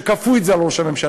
שכפו את זה על ראש הממשלה,